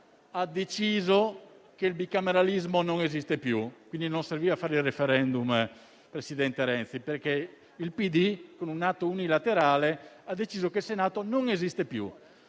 ha deciso che il bicameralismo non esiste più; quindi non serviva fare il *referendum*, presidente Renzi, perché il PD, con un atto unilaterale, ha deciso che il Senato non esiste più,